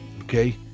Okay